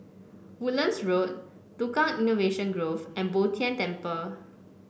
Woodlands Road Tukang Innovation Grove and Bo Tien Temple